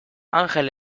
angel